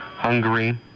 Hungary